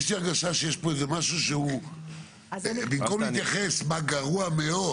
יש לי הרגשה שיש פה משהו שהוא במקום להתייחס מה גרוע מאוד,